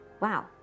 Wow